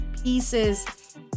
pieces